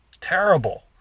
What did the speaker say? terrible